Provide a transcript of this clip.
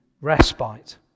respite